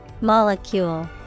Molecule